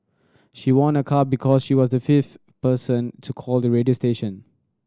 she won a car because she was the fifth person to call the radio station